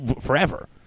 forever